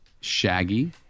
Shaggy